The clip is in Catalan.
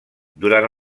durant